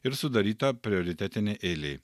ir sudaryta prioritetinė eilė